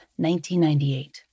1998